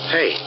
Hey